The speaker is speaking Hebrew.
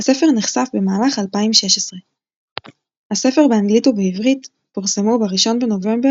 הספר נחשף במהלך 2016. הספר באנגלית ובעברית פורסמו ב-1 בנובמבר